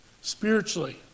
spiritually